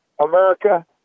America